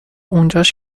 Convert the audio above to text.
اونجاش